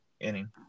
inning